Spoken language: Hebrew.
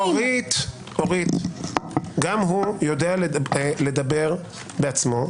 אורית, גם הוא יודע לדבר בעצמו,